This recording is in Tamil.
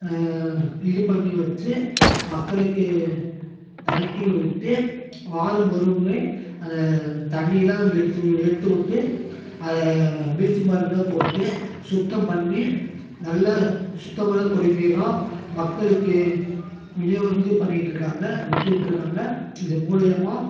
இது பண்ணி வச்சு மக்களுக்கு தெனக்கும் விட்டு வாரம் ஒரு முறை அதை தண்ணியெலாம் எடுத்து எடுத்து விட்டு அதை ப்ளீச்சிங் பவுட்ரெலாம் போட்டு சுத்தம் பண்ணி நல்ல சுத்தமான குடிநீராக மக்களுக்கு விநியோகம் இது பண்ணிகிட்ருக்காங்க விட்டுகிட்ருக்காங்க இது மூலயமா